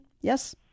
Yes